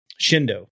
Shindo